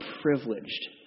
privileged